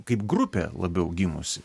kaip grupė labiau gimusi